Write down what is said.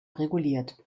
reguliert